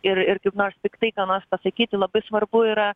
ir ir kaip nors piktai ką nors pasakyti labai svarbu yra